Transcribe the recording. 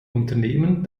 unternehmen